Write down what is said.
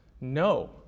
No